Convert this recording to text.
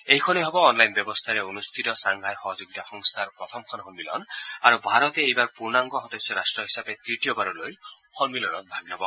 এইখনেই হ'ব অনলাইন ব্যৱস্থাৰে অনুষ্ঠিত চাংহাই সহযোগিতা সংস্থাৰ প্ৰথমখন সন্মিলন আৰু ভাৰতে এইবাৰ পূৰ্ণাংগ সদস্য ৰাষ্ট্ৰ হিচাপে তৃতীয়বাৰলৈ সন্মিলনত ভাগ ল'ব